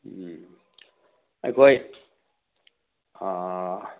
ꯑꯩꯈꯣꯏ